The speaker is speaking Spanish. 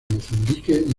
mozambique